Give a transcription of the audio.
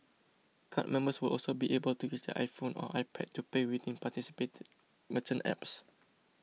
card members will also be able to use their iPhone or iPad to pay within participating merchant apps